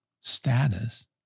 status